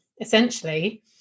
essentially